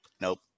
nope